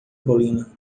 colina